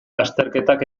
lasterketak